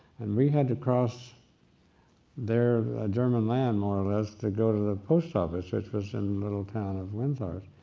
and we had to cross their german land more or less to go to the post office, which was in the little town of windthorst,